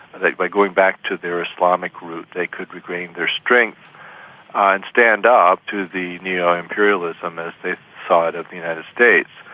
that by going back to their islamic roots they could gain their strength ah and stand up to the neo-imperialism, as they saw it, of the united states.